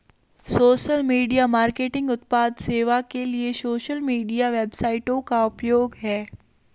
social media marketing उत्पाद सेवा के लिए सोशल मीडिया वेबसाइटों का उपयोग है